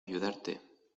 ayudarte